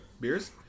beers